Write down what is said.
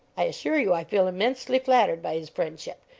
i assure you i feel immensely flattered by his friendship,